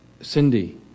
Cindy